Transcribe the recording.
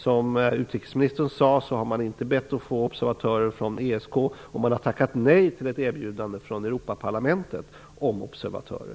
Som utrikesministern sade har man inte bett att få observatörer från ESK, och man har tackat nej till ett erbjudande från Europaparlamentet om observatörer.